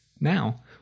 Now